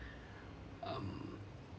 um